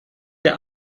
der